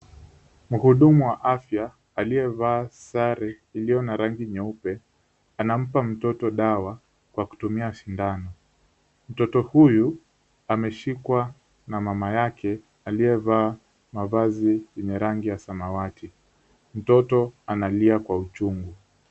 Mhudumu wa afya aliyevaa sare iliyo na rangi nyeupe, anampa mtoto dawa kwa kutumia sindano. Mtoto huyu ameshikwa na mama yake aliyevaa mavazi yenye rangi ya samawati. Mtoto analia kwa uchungu.